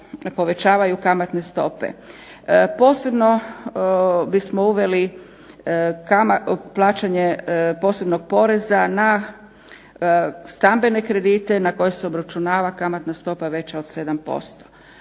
povećavaju kamatne stope. Posebno bismo uveli plaćanje posebnog poreza na stambene kredite na koje se obračunava kamatna stopa veća od 7%.